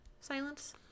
Silence